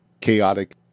chaotic